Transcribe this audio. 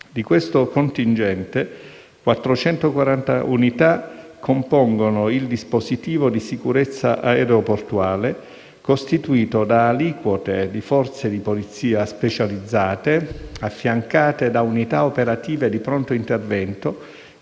Di questo contingente, 440 unità compongono il dispositivo di sicurezza aeroportuale, costituito da aliquote di forze di polizia specializzate, affiancate da unità operative di pronto intervento,